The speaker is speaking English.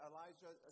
Elijah